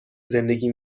زندگی